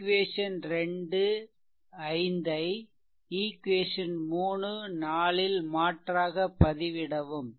equation 25 ஐ equation 3 4 ல் மாற்றாக பதிவிடவும்